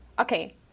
okay